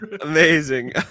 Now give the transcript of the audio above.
amazing